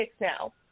now